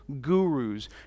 gurus